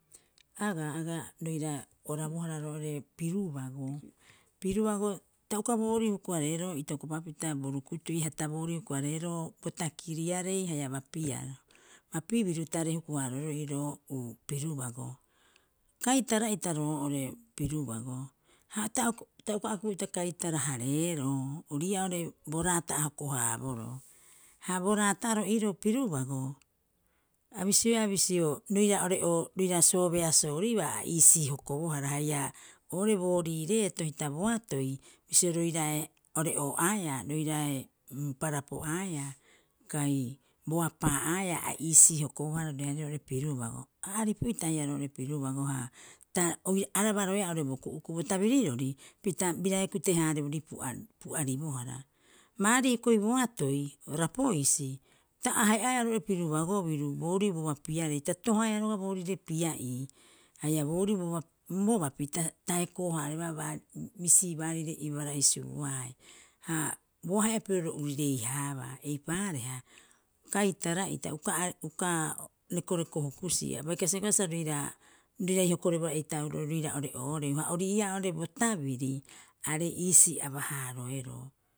Agaa, aga roira orabohara roo'ore pirubago. Pirubago ta uka boorii huku- haareero itokopapita bo rukutui, ha ita boorii huku- hareeroo bo takiriarei haia bapiaro. Bapibiru taarei kuku- haaroeroo iiroo uu pirubago. Kaitara'ita roo'ore pirubago ha ta uk- uka a kukupita kaitara- hareeroo, ori'ii'aa oo'ore bo raata a hoko- haaboroo. Ha bo raata'oro iiroo pirubago, a bisioea bisio. roira ore'oo roira soobeasooribaa a iisii hokobohara haia oo'ore boorii reeto hita boatoi bisio roiraae ore'oo'aeea roirae uu parapo'aeea kai boa pa'a'aeea a iisii hokobohara roiraarei roo'ore pirubago. Ha aripu'ita haia roo'ore pirubago ha ta oi arabaroea oo'ore bo ku'uku'u. Bo tabirirori pita birae kute- haaribori pu'a- pu'aribohara, baarii hioko'i boatoi o Rapoisi ta ahe'aea roo'ore pirubago biru boorii bo bapiarei ta tohaea roga'a boorire pia'ii haia borii bo ba- bo bapi ta taekoo- haareba baa bisii baarire ibarai subuae. Ha bo ahe'a piroo ro urirei- haabaa, eipaareha kaitara'ita uka- uka rekoreko hukusii. A bai kasibaa sa riira- riirai hokorebouba eitauroo riira ore'ooreu, ha ori 'ii'aa oo'ore bo tabiri aarei iisii aba- haaroero.